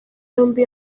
yombi